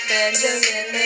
Benjamin